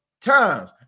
times